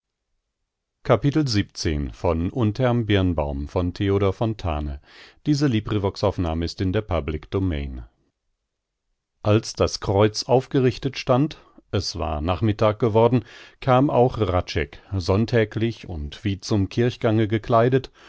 als das kreuz aufgerichtet stand es war nachmittag geworden kam auch hradscheck sonntäglich und wie zum kirchgange gekleidet